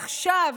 עכשיו,